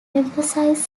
emphasise